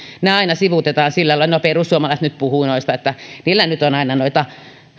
ne aina sivuutetaan sillä lailla että no perussuomalaiset nyt puhuvat noista niillä nyt on aina noita